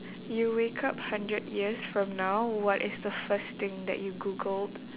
you wake up hundred years from now what is the first thing that you googled